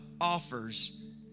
offers